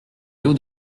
hauts